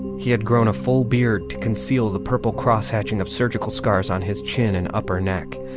he had grown a full beard to conceal the purple cross-hatching of surgical scars on his chin and upper neck.